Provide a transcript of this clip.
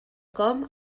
com